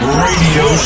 radio